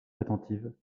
attentive